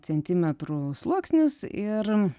centimetrų sluoksnis ir